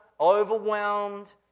overwhelmed